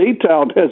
detailed